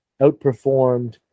outperformed